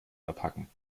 verpacken